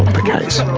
the case.